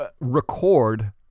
record